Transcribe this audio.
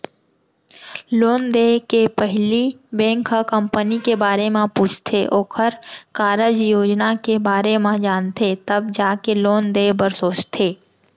loan देय के पहिली बेंक ह कंपनी के बारे म पूछथे ओखर कारज योजना के बारे म जानथे तब जाके लोन देय बर सोचथे